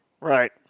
Right